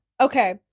Okay